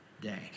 day